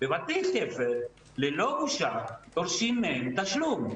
ובתי ספר ללא בושה דורשים מהם תשלום.